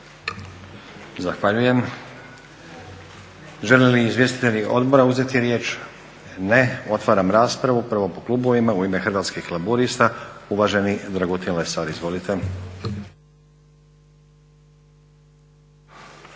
Zahvaljujem. Žele li izvjestitelji odbora uzeti riječ? Ne. Otvaram raspravu. Prvo po klubovima. U ime Hrvatskih laburista uvaženi Dragutin Lesar. Izvolite.